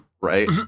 right